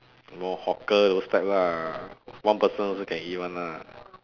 more hawker those type lah one person also can eat [one] lah